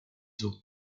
eaux